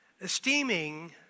Esteeming